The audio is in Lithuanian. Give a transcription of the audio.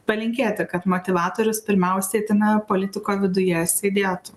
palinkėti kad motyvatorius pirmiausiai tame politiko viduje sėdėtų